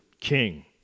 king